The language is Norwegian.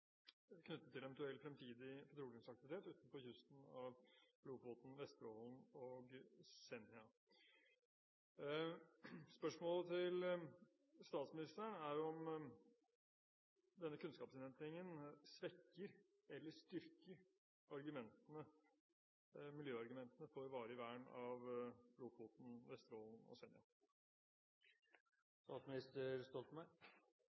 knyttet til eventuell fremtidig petroleumsaktivitet utenfor kysten av Lofoten, Vesterålen og Senja. Spørsmålet til statsministeren er om denne kunnskapsinnhentingen svekker eller styrker miljøargumentene for varig vern av Lofoten, Vesterålen og